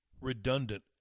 redundant